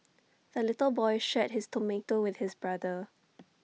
the little boy shared his tomato with his brother